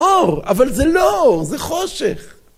אור! אבל זה לא אור, זה חושך!